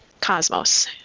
cosmos